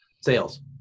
Sales